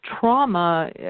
trauma